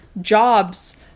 jobs